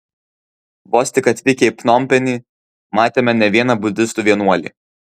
vos tik atvykę į pnompenį matėme ne vieną budistų vienuolį